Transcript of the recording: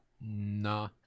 Nah